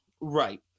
right